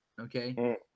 okay